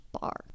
bar